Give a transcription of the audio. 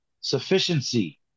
Sufficiency